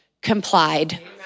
complied